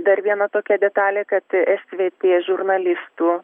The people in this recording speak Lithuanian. dar viena tokia detalė kad svt žurnalistų